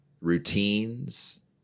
routines